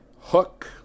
Hook